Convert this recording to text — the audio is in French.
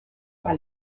par